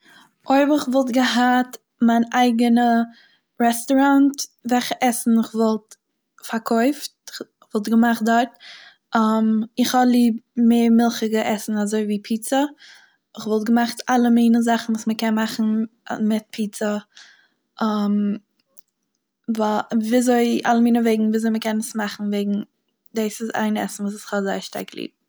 אויב איך וואלט געהאט מיין אייגענע רעסטוראנט וועלכע עסן איך וואלט פארקויפט- כ'וואלט געמאכט דארט, איך האב ליב מער מילכיגע עסן אזוי ווי פיצא, איך וואלט געמאכט אלע מינע זאכן וואס מ'קען מאכן מיט פיצא, ווי אזוי אלע מינע וועגן ווי אזוי מ'קען עס מאכן וועגן דאס איז איין עסן וואס כ'האב זייער שטרק ליב.